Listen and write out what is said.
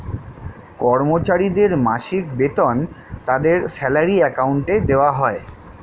কর্মচারীদের মাসিক বেতন তাদের স্যালারি অ্যাকাউন্টে দেওয়া হয়